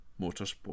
motorsport